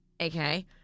Okay